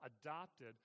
adopted